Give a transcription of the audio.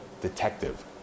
detective